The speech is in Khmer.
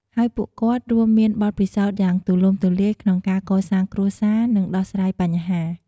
ហើយពួកគាត់រួមមានបទពិសោធន៍យ៉ាងទូលំទូលាយក្នុងការកសាងគ្រួសារ និងដោះស្រាយបញ្ហា។